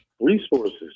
resources